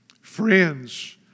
Friends